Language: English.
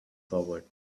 forward